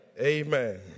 Amen